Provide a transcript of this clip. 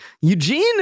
Eugene